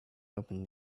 open